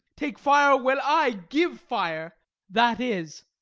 take fire when i give fire that is,